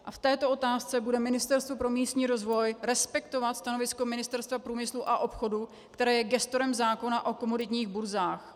V této otázce bude Ministerstvo pro místní rozvoj respektovat stanovisko Ministerstva průmyslu a obchodu, které je gestorem zákona o komoditních burzách.